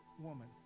woman